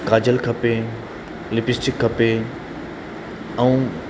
काजल खपे लिपस्टिक खपे ऐं